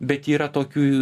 bet yra tokių